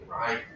right